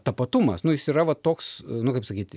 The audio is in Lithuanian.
tapatumas nu jis yra va toks nu kaip sakyti